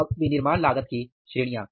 अब विनिर्माण लागत की श्रेणियां